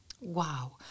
Wow